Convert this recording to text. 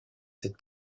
cette